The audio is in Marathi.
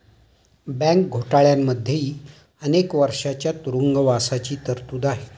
बँक घोटाळ्यांमध्येही अनेक वर्षांच्या तुरुंगवासाची तरतूद आहे